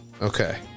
Okay